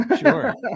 sure